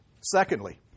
Secondly